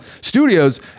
Studios